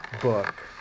book